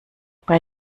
bei